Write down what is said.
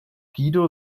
guido